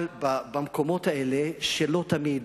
אבל במקומות האלה, שלא תמיד